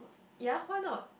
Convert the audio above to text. ya why not